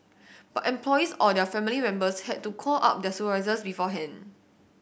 but employees or their family members had to call up their supervisors beforehand